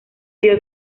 dio